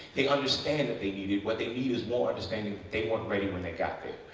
they understand that they need it. what they need is more understanding. they weren't ready when they got there.